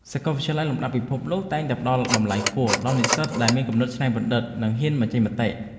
សាកលវិទ្យាល័យលំដាប់ពិភពលោកតែងតែផ្តល់តម្លៃខ្ពស់ដល់និស្សិតដែលមានគំនិតច្នៃប្រឌិតនិងហ៊ានបញ្ចេញមតិ។